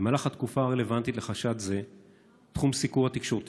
במהלך התקופה הרלוונטית לחשד זה תחום הסיקור התקשורתי